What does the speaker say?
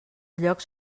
llocs